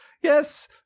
Yes